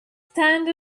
stand